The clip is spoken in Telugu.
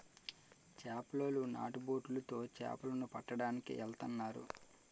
చేపలోలు నాటు బొట్లు తో చేపల ను పట్టడానికి ఎల్తన్నారు